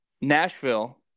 Nashville